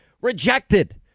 rejected